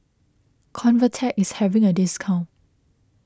Convatec is having a discount